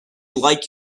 like